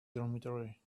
dormitory